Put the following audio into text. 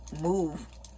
move